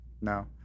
No